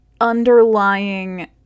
underlying